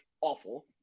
awful